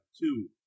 two